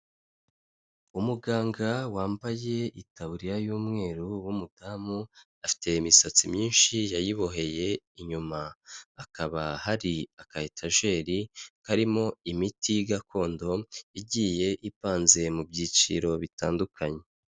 Umuganga wambaye itaburiya y'umweru w'umudamu, afite imisatsi myinshi yayiboheye inyuma, hakaba hari aka etajeri karimo imiti gakondo, igiye ipanze mu byiciro bitandukanye.